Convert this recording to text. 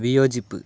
വിയോജിപ്പ്